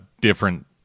different